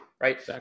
right